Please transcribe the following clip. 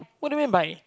what do you mean by